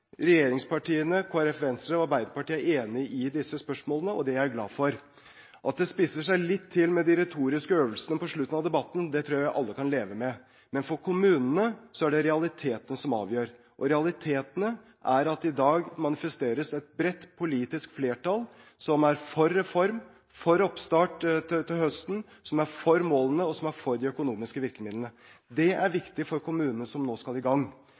regjeringspartiene, Kristelig Folkeparti, Venstre og Arbeiderpartiet enige i disse spørsmålene, og det er jeg glad for. At det spisser seg litt til med de retoriske øvelsene på slutten av debatten, tror jeg vi alle kan leve med, men for kommunene er det realitetene som avgjør, og realitetene er at i dag manifesteres et bredt politisk flertall som er for reform, for oppstart til høsten, for målene og for de økonomiske virkemidlene. Det er viktig for kommunene som nå skal i gang.